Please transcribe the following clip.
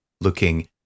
looking